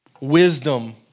wisdom